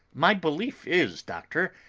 my belief is, doctor,